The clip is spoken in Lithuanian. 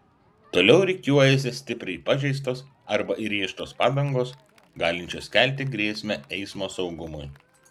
toliau rikiuojasi stipriai pažeistos arba įrėžtos padangos galinčios kelti grėsmę eismo saugumui